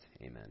amen